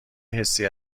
حسی